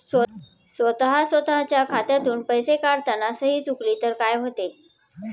स्वतः स्वतःच्या खात्यातून पैसे काढताना सही चुकली तर काय होते?